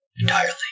entirely